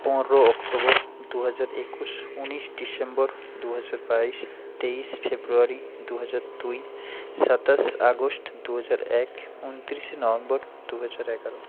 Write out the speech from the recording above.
পনেরো অক্টোবর দু হাজার একুশ ঊনিশ ডিসেম্বর দু হাজার বাইশ তেইশ ফেব্রুয়ারি দু হাজার দুই সাতাশ আগস্ট দু হাজার এক ঊনত্রিশে নভেম্বর দু হাজার এগারো